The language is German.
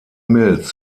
milz